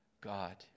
God